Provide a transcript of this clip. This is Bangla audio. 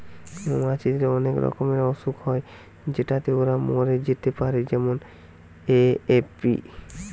মৌমাছিদের অনেক রকমের অসুখ হয় যেটাতে ওরা মরে যেতে পারে যেমন এ.এফ.বি